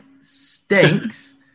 stinks